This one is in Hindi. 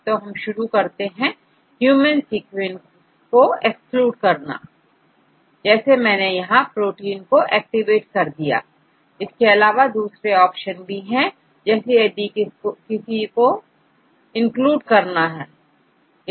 तो हम शुरू करते हैं ह्यूमन सीक्वेंस को एक्सक्लूड करना जैसे यहां मैंने प्रोटीन को एक्टिवेट कर दिया इसके अलावा दूसरे ऑप्शन भी है जैसे किसी इसको इंक्लूड करना